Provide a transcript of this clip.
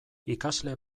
ikasle